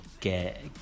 get